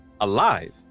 alive